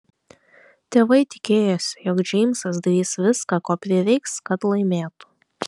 tėvai tikėjosi jog džeimsas darys viską ko prireiks kad laimėtų